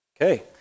Okay